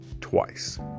twice